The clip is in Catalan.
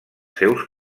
seus